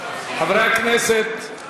חברי הכנסת?